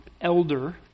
elder